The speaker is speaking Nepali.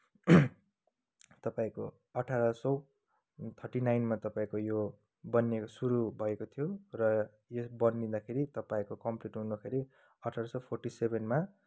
तपाईँको अठार सय थर्टी नाइनमा तपाईँको यो बनिएको सुरु भएको थियो र यस बनिँदाखेरि तपाईँको कम्प्लिट हुँदाखेरि अठार सय फोर्टी सेभेनमा